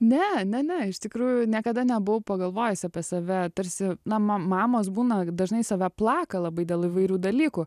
ne ne ne iš tikrųjų niekada nebuvau pagalvojusi apie save tarsi na ma mamos būna dažnai save plaka labai dėl įvairių dalykų